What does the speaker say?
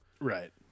right